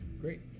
Great